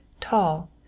tall